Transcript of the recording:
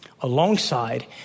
alongside